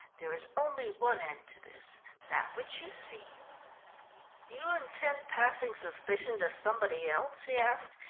there is only one end to this that which you see do you intend passing suspicion to somebody else? he asked,